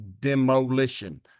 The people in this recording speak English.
demolition